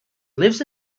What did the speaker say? lives